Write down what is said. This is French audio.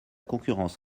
concurrence